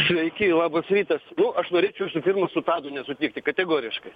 sveiki labas rytas nu aš norėčiau visų pirmą su tadu nesutikti kategoriškai